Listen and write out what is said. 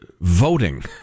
voting